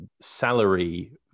salary